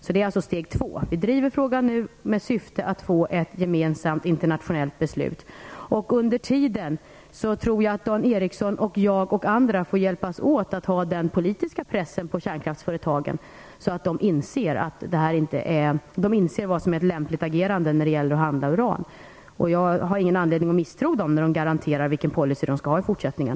Vi driver alltså nu frågan med sikte på att få ett gemensamt internationellt beslut. Jag tror att Dan Ericsson, jag och andra under tiden får hjälpas åt med att sätta politisk press på kärnkraftföretagen, så att de inser vad som är ett lämpligt agerande vid upphandling av uran. Jag har ingen anledning att misstro dem när de garanterar att de skall ha en viss policy i fortsättningen.